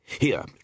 Here